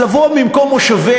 נו,